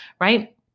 right